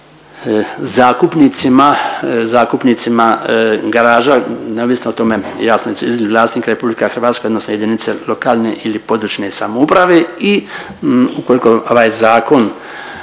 zakupnicima garaža neovisno o tome … vlasnik RH odnosno jedinice lokalne ili područne samouprave i ukoliko ovaj zakon